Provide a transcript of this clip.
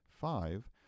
five